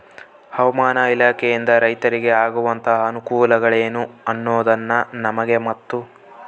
ಹವಾಮಾನ ಇಲಾಖೆಯಿಂದ ರೈತರಿಗೆ ಆಗುವಂತಹ ಅನುಕೂಲಗಳೇನು ಅನ್ನೋದನ್ನ ನಮಗೆ ಮತ್ತು?